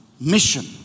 mission